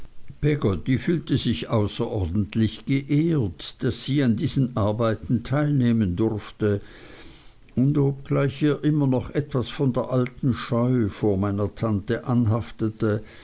peggotty fühlte sich außerordentlich geehrt daß sie an diesen arbeiten teilnehmen durfte und obgleich ihr immer noch etwas von der alten scheu vor meiner tante anhaftete